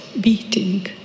beating